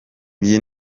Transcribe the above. iyi